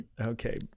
Okay